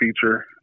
feature